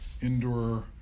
indoor